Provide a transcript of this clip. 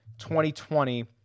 2020